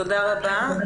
תודה רבה.